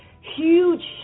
huge